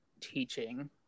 teaching